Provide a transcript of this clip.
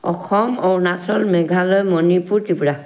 Assam Arunachal Meghalaya Manipur Tripura